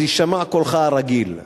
אז יישמע קולך הרגיל.